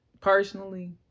personally